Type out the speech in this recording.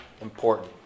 important